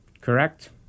Correct